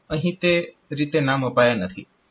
અહીં તે રીતે નામ અપાયા નથી